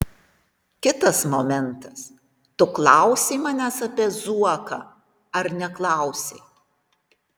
kitas momentas tu klausei manęs apie zuoką ar neklausei